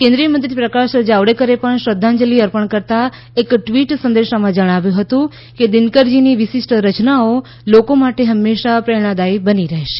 કેન્દ્રીય મંત્રી પ્રકાશ જાવડેકરે પણ શ્રદ્ધાંજલિ અર્પણ કરતાં એક ટ્વિટ સંદેશામાં જણાવ્યું હતું કે દિનકરજીની વિશિષ્ટ રચનાઓ લોકો માટે હંમેશાં પ્રેરણાદાયી બની રહેશે